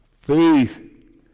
faith